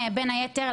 בין היתר,